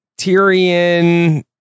Tyrion